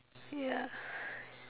ya